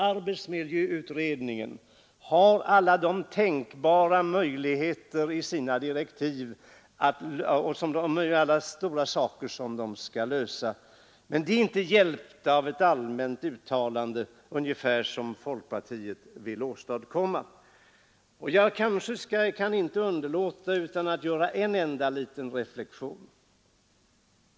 Arbetsmiljöutredningen har i sina direktiv fått alla tänkbara möjligheter att lösa de stora frågor som den har sig förelagda. Men utredningen är inte hjälpt av ett allmänt uttalande i stil med det som folkpartiet vill åstadkomma. Jag kan inte underlåta att göra en enda liten reflexion.